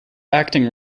acting